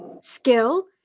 skill